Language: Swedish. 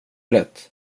lätt